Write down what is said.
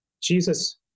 Jesus